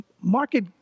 market